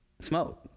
smoke